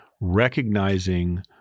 recognizing